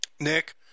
Nick